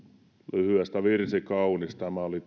lyhyestä virsi kaunis tämä oli